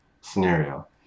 scenario